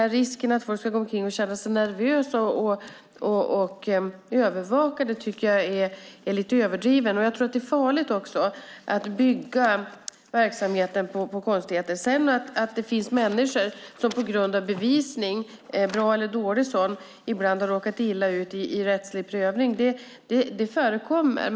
Risken att folk ska gå omkring och känna sig nervösa och övervakade är lite överdriven. Jag tror att det är farligt att bygga verksamheten på konstigheter. Att det sedan finns människor som på grund av bevisning, bra eller dålig sådan, ibland har råkat illa ut i rättslig prövning förekommer.